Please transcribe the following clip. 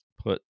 put